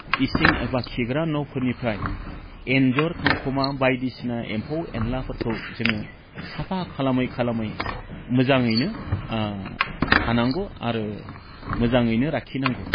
इसिं एबा खिग्रा न'फोरनिफ्राय एन्जर खांख'मा बायदिसिना एम्फौ एनलाफोरखौ जोङो साफा खालामै खालामै मोजाङैनो थानांगौ आरो मोजाङैनो लाखिनांगौ